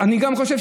אני גם חושב,